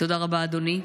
תודה רבה, אדוני.